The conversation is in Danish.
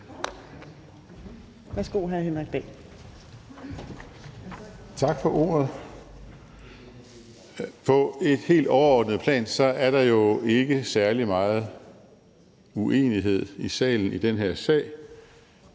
Værsgo, hr. Henrik Dahl.